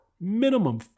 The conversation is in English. minimum